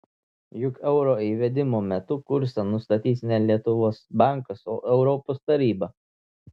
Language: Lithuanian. juk euro įvedimo metu kursą nustatys ne lietuvos bankas o europos taryba